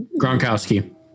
Gronkowski